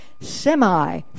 semi